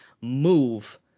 move